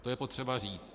To je potřeba říct.